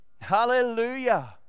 Hallelujah